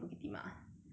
orh